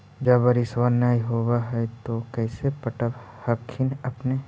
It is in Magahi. जब बारिसबा नय होब है तो कैसे पटब हखिन अपने?